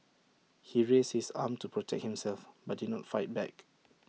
he raised his arm to protect himself but did not fight back